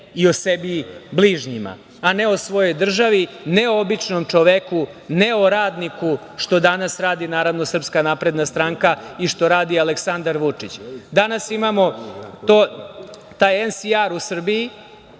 i o sebi bližnjima, a ne o svojoj državi, ne o običnom čoveku, ne o radniku, što danas radi naravno SNS i što radi Aleksandar Vučić. Danas imamo taj „NCR“ u Srbiji